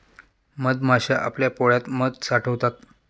मधमाश्या आपल्या पोळ्यात मध साठवतात